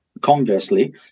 Conversely